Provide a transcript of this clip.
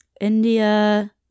india